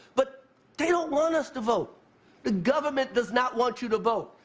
but they don't want us to vote the government does not want you to vote.